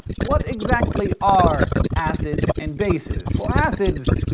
what exactly are acids and bases. well acids.